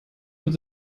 mit